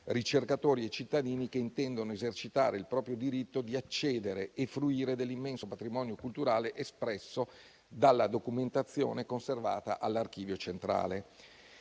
ricercatori e cittadini che intendono esercitare il proprio diritto di accedere e fruire dell'immenso patrimonio culturale espresso dalla documentazione conservata all'Archivio centrale.